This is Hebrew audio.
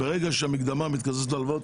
ברגע שהמקדמה מתקזזת מהלוואות,